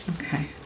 Okay